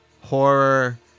horror